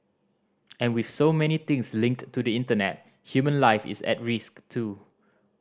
and with so many things linked to the Internet human life is at risk too